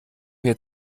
mir